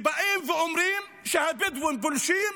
באים ואומרים שהבדואים פולשים,